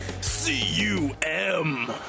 C-U-M